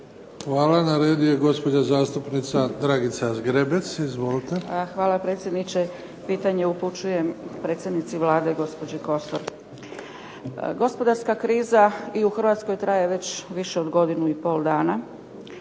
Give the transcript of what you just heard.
Hvala. Na redu je gospođa zastupnica Dragica Zgrebec. Izvolite. **Zgrebec, Dragica (SDP)** Hvala, predsjedniče. Pitanje upućujem predsjednici Vlade, gospođi Kosor. Gospodarska kriza i u Hrvatskoj traje već više od godinu i pol dana,